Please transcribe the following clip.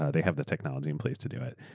ah they have the technology in place to do it.